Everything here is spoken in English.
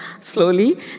slowly